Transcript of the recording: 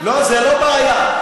לא, זו לא בעיה.